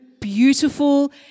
beautiful